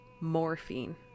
Morphine